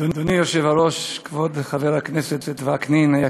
אדוני היושב-ראש, כבוד חבר הכנסת וקנין היקר,